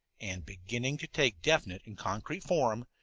and, beginning to take definite and concrete form,